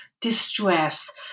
distress